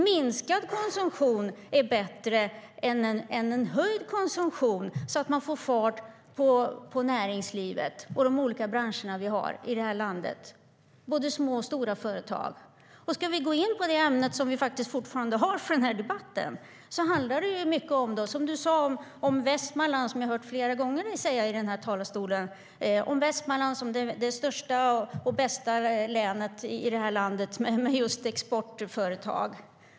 Minskad konsumtion är bättre än ökad konsumtion för att man ska få fart på näringslivet - både små och stora företag - och de olika branscher som finns i det här landet. Du talade flera gånger om Västmanland, Anna Wallén, som det största och bästa länet i det här landet när det gäller exportföretag.